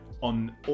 on